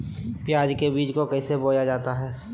प्याज के बीज को कैसे बोया जाता है?